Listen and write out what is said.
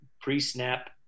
pre-snap